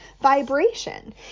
vibration